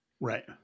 Right